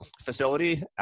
facility